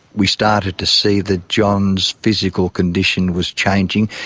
we started to see that john's physical condition was changing.